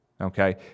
Okay